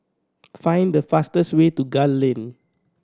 find the fastest way to Gul Lane